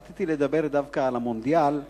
החלטתי לדבר דווקא על המונדיאל,